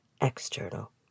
external